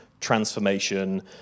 transformation